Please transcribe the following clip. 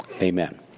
Amen